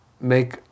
make